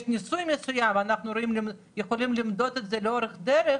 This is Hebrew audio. אחר כך ניסויים ואנחנו יכולים למדוד את זה לאורך הדרך